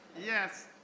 Yes